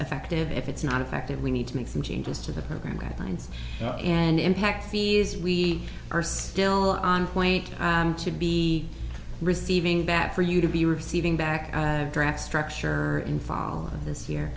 effective if it's not affected we need to make some changes to the program guidelines and impact fees we are still on point and should be receiving back for you to be receiving back draft structure in fall this year